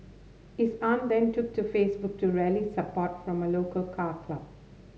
his aunt then took to Facebook to rally support from a local car club